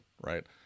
right